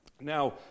Now